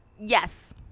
yes